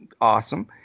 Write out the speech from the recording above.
awesome